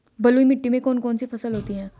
बलुई मिट्टी में कौन कौन सी फसल होती हैं?